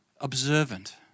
observant